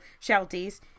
Shelties